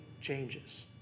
changes